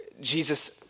Jesus